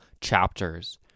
chapters